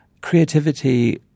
creativity